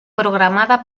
programada